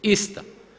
Ista.